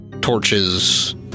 Torches